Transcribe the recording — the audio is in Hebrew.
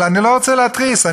אני לא רוצה להתריס,